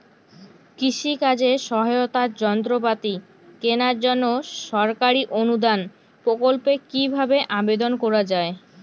কৃষি কাজে সহায়তার যন্ত্রপাতি কেনার জন্য সরকারি অনুদান প্রকল্পে কীভাবে আবেদন করা য়ায়?